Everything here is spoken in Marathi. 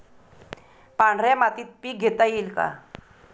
पांढऱ्या मातीत पीक घेता येईल का?